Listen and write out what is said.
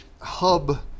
hub